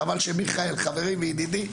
חבל שמיכאל חברי וידידי,